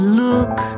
look